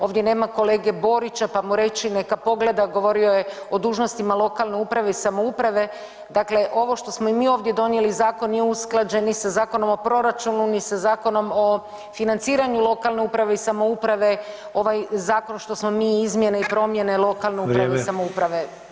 Ovdje nema kolege Borića pa mu reći neka pogleda, govorio je o dužnostima lokalne uprave i samouprave, dakle ovo što smo mi i ovdje donijeli zakon nije usklađen ni sa Zakonom o proračunu ni sa Zakonu o financiranju lokalne uprave i samouprave, ovaj zakon što smo mi izmjene i promjene lokalne uprave i [[Upadica: Vrijeme.]] samouprave